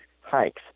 hikes